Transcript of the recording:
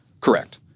Correct